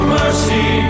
mercy